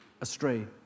astray